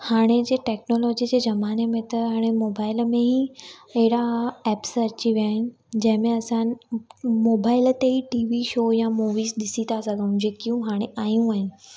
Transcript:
हाणे जे टैक्नोलॉजी जे जमाने में त हाणे मोबाइल में ई अहिड़ा एप्स अची विया आहिनि जंहिंमे असां मोबाइल ते ई टी वी शो या मूवी्ज़ ॾिसी था सघूं जेकियूं हाणे आहियूं आहिनि